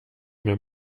mir